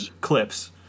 clips